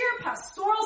pastoral